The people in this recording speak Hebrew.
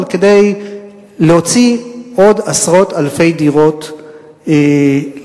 אבל כדי להוציא עוד עשרות אלפי דירות לשוק: